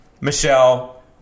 Michelle